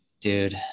Dude